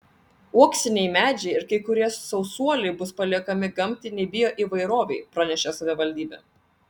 uoksiniai medžiai ir kai kurie sausuoliai bus paliekami gamtinei bioįvairovei pranešė savivaldybė